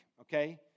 okay